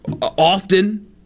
often